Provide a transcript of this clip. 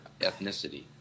ethnicity